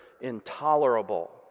intolerable